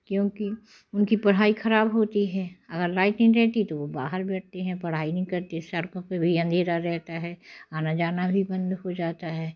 क्योंकि उनकी पढ़ाई खराब होती हैं अगर लाइट नहीं रहती है तो वह बाहर बैठते है पढ़ाई नहीं करते हैं सड़कों पे भी अंधेरा रहता हैं आना जाना भी बंद हो जाता है